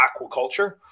aquaculture